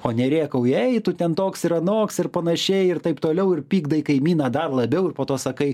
o nerėkauji ei tu ten toks ir anoks ir panašiai ir taip toliau ir pykdai kaimyną labiau po to sakai